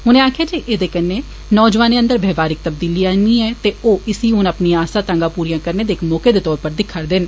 उनें आखेआ जे इस गै कन्नै नौजवानें अंदर बवहारिक तब्दीली आहनी ऐ ते ओह् इसी हून अपनिआं आसां तांगां पूरिआं करने दे इक मौके दे तौर उप्पर दिक्खा'रदे न